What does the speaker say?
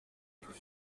tout